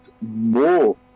more